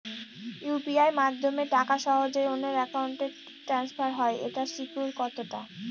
UPI মাধ্যমে টাকা সহজেই অন্যের অ্যাকাউন্ট ই ট্রান্সফার হয় এইটার সিকিউর কত টা?